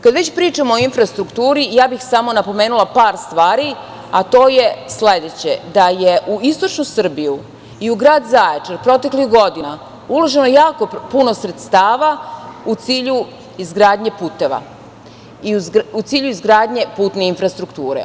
Kada već pričamo o infrastrukturi, ja bih samo napomenula par stvari, a to je sledeće: da je u istočnu Srbiju i u grad Zaječar proteklih godina uloženo jako puno sredstava u cilju izgradnje puteva i u cilju izgradnje putne infrastrukture.